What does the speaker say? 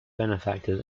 benefactors